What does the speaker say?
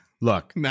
look